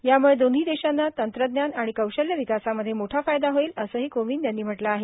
यामुळे दोन्ही देशांना तंत्रज्ञान आणि कौशल्य विकासामध्ये मोठा फायदा होईल असंही कोविंद यांनी म्हटलं आहे